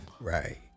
Right